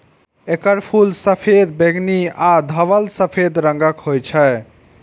एकर फूल सफेद, बैंगनी आ धवल सफेद रंगक होइ छै